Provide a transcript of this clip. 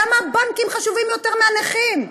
למה הבנקים חשובים יותר מהנכים?